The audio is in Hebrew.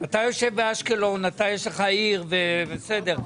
אתה יושב באשקלון, אתה יש לך עיר וזה בסדר.